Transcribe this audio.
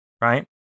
right